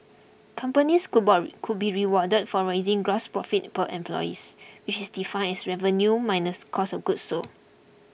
companies could could be rewarded for raising gross profit per employees which is defined as revenue minus cost of goods sold